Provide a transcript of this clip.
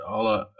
Alle